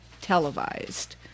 televised